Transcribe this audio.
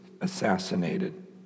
assassinated